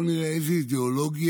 בואו נראה איזו אידיאולוגיה